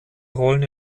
rollen